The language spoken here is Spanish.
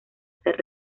ser